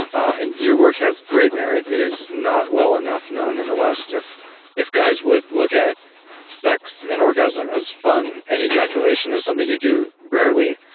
and your work has great merit. it is not well enough known in the west. if if guys would look at sex and orgasm as fun, and ejaculation as something you do rarely,